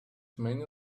many